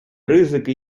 ризики